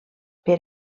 per